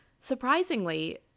Surprisingly